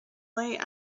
late